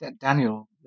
Daniel